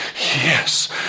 yes